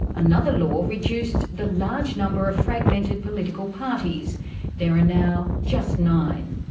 another law reduced the large number of fragmented political parties there are now just nine.